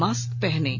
mask पहनें